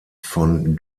von